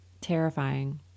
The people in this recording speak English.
Terrifying